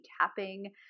tapping